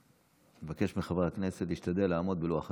אני מבקש מחברי הכנסת להשתדל לעמוד בלוח הזמנים.